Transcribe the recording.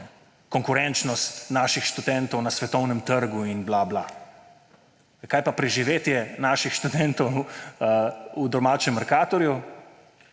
konkurenčnost naših študentov na svetovnem trgu in bla bla. Kaj pa preživetje naših študentov v domačem Mercatorju?